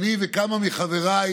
וזה בזכות הצוותים הרפואיים,